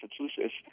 Massachusetts